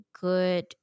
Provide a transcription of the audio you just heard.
good